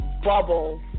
bubbles